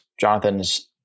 Jonathan's